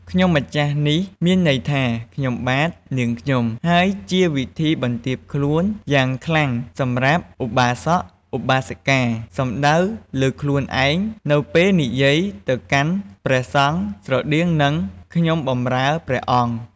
ខ្ញុំម្ចាស់នេះមានន័យថា "ខ្ញុំបាទ នាងខ្ញុំ" ហើយជាវិធីបន្ទាបខ្លួនយ៉ាងខ្លាំងសម្រាប់ឧបាសក ឧបាសិកា សំដៅលើខ្លួនឯងនៅពេលនិយាយទៅកាន់ព្រះសង្ឃ ស្រដៀងនឹង "ខ្ញុំបម្រើព្រះអង្គ"។